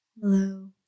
Hello